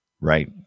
right